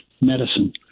medicine